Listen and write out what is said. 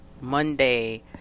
Monday